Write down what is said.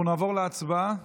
אנחנו נעבור להצבעה.